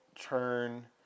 turn